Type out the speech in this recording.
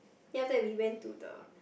then after that we went to the